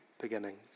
beginnings